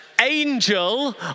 angel